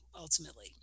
ultimately